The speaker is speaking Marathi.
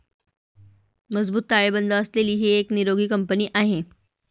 मजबूत ताळेबंद असलेली ही एक निरोगी कंपनी आहे